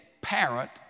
parent